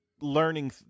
learning